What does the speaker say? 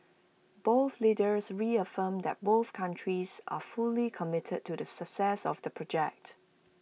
both leaders reaffirmed that both countries are fully committed to the success of the project